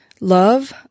Love